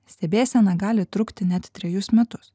stebėsena gali trukti net trejus metus